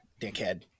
dickhead